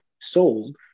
sold